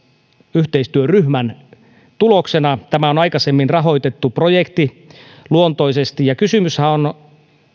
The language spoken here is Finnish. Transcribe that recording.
yhteistyöryhmän tuloksena tätä on aikaisemmin rahoitettu projektiluontoisesti kysymyshän on